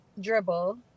Dribble